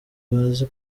bazi